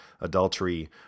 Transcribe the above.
adultery